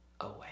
away